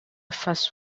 first